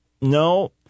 no